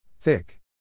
Thick